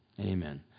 Amen